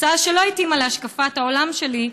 הצעה שלא התאימה להשקפת העולם שלי,